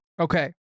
Okay